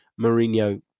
Mourinho